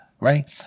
right